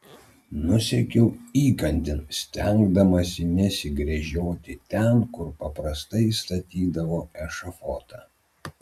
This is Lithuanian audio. nusekiau įkandin stengdamasi nesigręžioti ten kur paprastai statydavo ešafotą